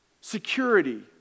Security